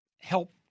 help